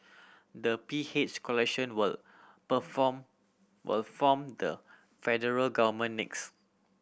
the P H coalition will perform were form the federal government next